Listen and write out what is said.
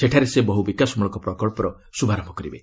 ସେଠାରେ ସେ ବହୁ ବିକାଶମଳକ ପ୍ରକଳ୍ପର ଶ୍ରଭାରମ୍ଭ କରିବେ